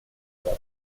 вклад